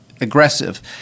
aggressive